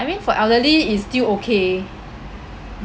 I mean for elderly is still okay